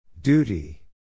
Duty